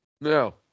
No